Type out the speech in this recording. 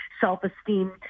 self-esteem